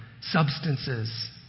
substances